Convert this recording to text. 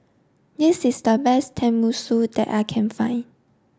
this is the best Tenmusu that I can find